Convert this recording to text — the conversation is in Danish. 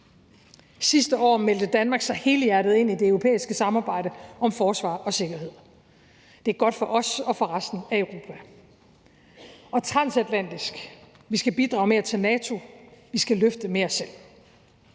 Sidste år meldte Danmark sig helhjertet ind i det europæiske samarbejde om forsvar og sikkerhed. Det er godt for os og for resten af Europa. Og transatlantisk: Vi skal bidrage mere til NATO, vi skal løfte mere selv.